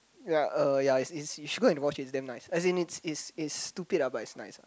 ya uh ya it's it's you should go and watch it it's damn nice as in it's it's it's stupid lah but it's nice lah